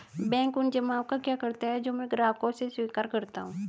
Bank उन जमाव का क्या करता है जो मैं ग्राहकों से स्वीकार करता हूँ?